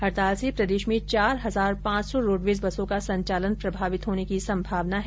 हड़ताल से प्रदेश में चार हजार पांच सौ रोड़वेज बसों का संचालन प्रभावित होने की संभावना है